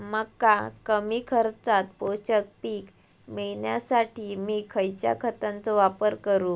मका कमी खर्चात पोषक पीक मिळण्यासाठी मी खैयच्या खतांचो वापर करू?